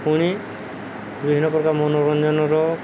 ପୁଣି ବିଭିନ୍ନ ପ୍ରକାର ମନୋରଞ୍ଜନର